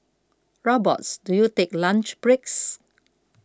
Robots do you take lunch breaks